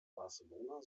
barcelona